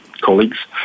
colleagues